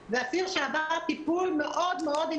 הוא אסיר שעבר טיפול מאוד אינטנסיבי.